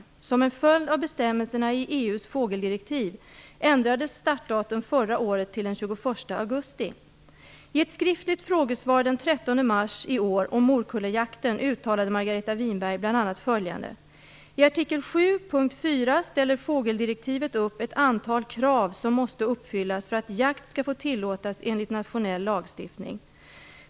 Som en följd av bestämmelserna i EU:s fågeldirektiv ändrades startdatum förra året till den 21 I ett skriftligt frågesvar den 13 mars i år om morkulljakten uttalade Margareta Winberg bl.a. följande. I artikel 7 punkt 4 ställer fågeldirektivet upp ett antal krav som måste uppfyllas för att jakt skall få tillåtas enligt nationell lagstiftning.